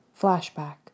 Flashback